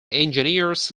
engineers